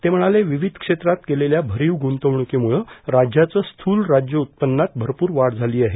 ते म्हणाले विविध क्षेत्रांत केलेल्या भरीव गुंतवणुक्रीमुळं राज्याचं स्यूल राज्य उत्पन्नात भरपूर वाढ झाली आहे